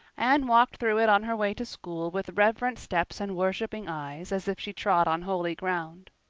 anne walked through it on her way to school with reverent steps and worshiping eyes, as if she trod on holy ground.